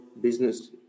business